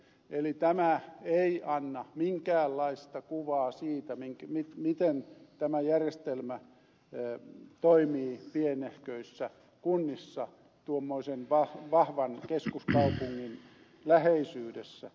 eli tämä ei anna minkäänlaista kuvaa siitä miten tämä järjestelmä toimii pienehköissä kunnissa tuommoisen vahvan keskuskaupungin läheisyydessä